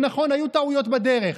נכון, היו טעויות בדרך,